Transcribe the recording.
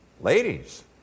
ladies